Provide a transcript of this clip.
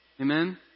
Amen